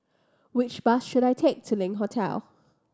which bus should I take to Link Hotel